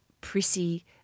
prissy